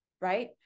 right